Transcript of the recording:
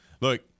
Look